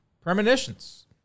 Premonitions